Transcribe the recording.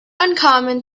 uncommon